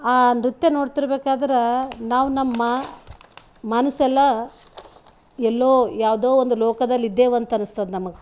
ಆ ನೃತ್ಯ ನೋಡ್ತಿರ್ಬೇಕಾದ್ರೆ ನಾವು ನಮ್ಮ ಮನಸ್ಸೆಲ್ಲ ಎಲ್ಲೋ ಯಾವುದೋ ಒಂದು ಲೋಕದಲ್ಲಿದ್ದೇವಂತ ಅನಿಸ್ತದೆ ನಮಗೆ